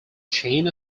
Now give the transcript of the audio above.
chain